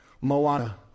Moana